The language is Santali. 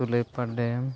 ᱥᱩᱞᱟᱹᱭᱯᱟᱲ ᱰᱮᱢ